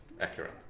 accurate